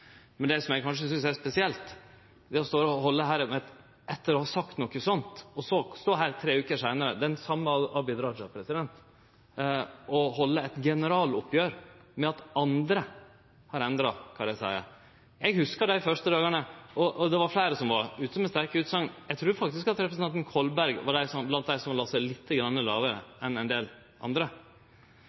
men det som eg kanskje synest er spesielt, er at den same Abid Q. Raja står her, tre veker etter å ha sagt noko sånt, og held eit generaloppgjer med at andre har endra det dei seier. Eg hugsar dei første dagane. Det var fleire som var ute med sterke utsegn. Eg trur faktisk at representanten Kolberg var blant dei som la seg lite grann lågare enn ein del andre.